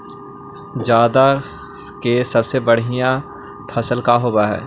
जादा के सबसे बढ़िया फसल का होवे हई?